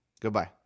Goodbye